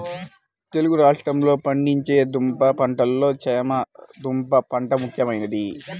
తెలుగు రాష్ట్రాలలో పండించే దుంప పంటలలో చేమ దుంప పంట ముఖ్యమైనది